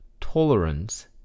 tolerance